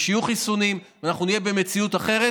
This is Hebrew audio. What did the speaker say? כשיהיו חיסונים אנחנו נהיה במציאות אחרת.